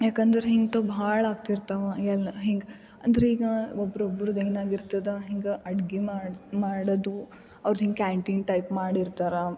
ಯಾಕಂದರೆ ಇಂಥವ್ ಭಾಳ ಆಗ್ತಿರ್ತವ ಎಲ್ಲ ಹಿಂಗೆ ಅಂದರೆ ಈಗ ಒಬ್ಬೊಬ್ಬರದೆ ಏನಾಗಿರ್ತದೆ ಹಿಂಗೆ ಅಡಿಗೆ ಮಾಡಿ ಮಾಡೋದು ಅವ್ರು ಹಿಂಗೆ ಕ್ಯಾಂಟೀನ್ ಟೈಪ್ ಮಾಡಿರ್ತಾರೆ